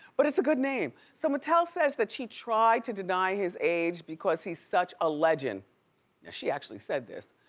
but it's a good name. so meital says that she tried to deny to his age because he's such a legend. now she actually said this.